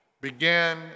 began